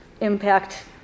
impact